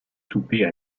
souper